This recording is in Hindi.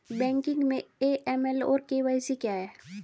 बैंकिंग में ए.एम.एल और के.वाई.सी क्या हैं?